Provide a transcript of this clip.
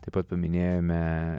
taip pat paminėjome